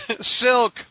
Silk